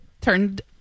turned